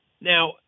Now